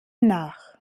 nach